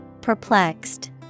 Perplexed